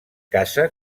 casa